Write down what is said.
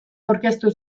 aurkeztu